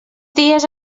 dies